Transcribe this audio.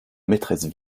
maîtresse